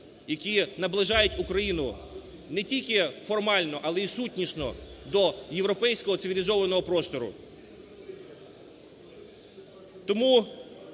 які наближають Україну не тільки формально, але і сутнісно до європейського цивілізованого простору.